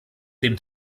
dem